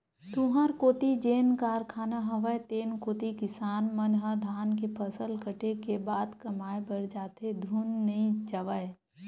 तुँहर कोती जेन कारखाना हवय तेन कोती किसान मन ह धान के फसल कटे के बाद कमाए बर जाथे धुन नइ जावय?